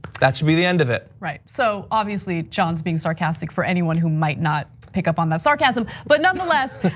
got to be the end of it. right, so obviously, john's being sarcastic for anyone who might not pick up on that sarcasm. but nonetheless,